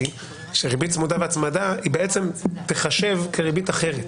שריבית צמודה והצמדה היא בעצם תיחשב כריבית אחרת.